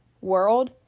world